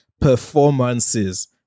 performances